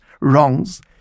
wrongs